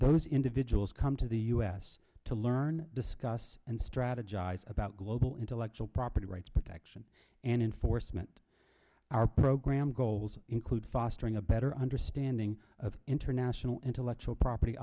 those individuals come to the us to learn discuss and strategize about global intellectual property rights protection and enforcement our program goals include fostering a better understanding of international intellectual property